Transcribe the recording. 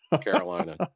Carolina